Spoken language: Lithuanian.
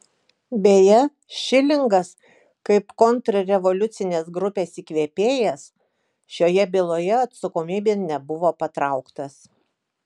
beje šilingas kaip kontrrevoliucinės grupės įkvėpėjas šioje byloje atsakomybėn nebuvo patrauktas